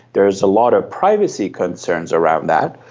there's a lot of privacy concerns around that.